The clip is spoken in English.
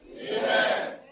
amen